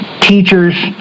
Teachers